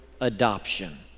Adoption